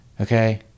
Okay